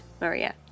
maria